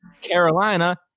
Carolina